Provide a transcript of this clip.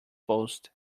post